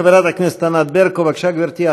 חברת הכנסת ענת ברקו, בבקשה, גברתי.